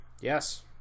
yes